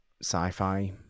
sci-fi